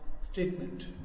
statement